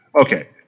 Okay